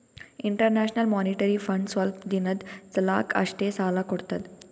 international monetary fund ಸ್ವಲ್ಪ್ ದಿನದ್ ಸಲಾಕ್ ಅಷ್ಟೇ ಸಾಲಾ ಕೊಡ್ತದ್